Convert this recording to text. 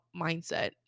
mindset